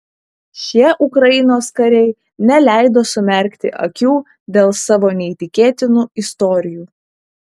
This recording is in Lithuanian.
šie ukrainos kariai neleido sumerkti akių dėl savo neįtikėtinų istorijų